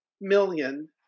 million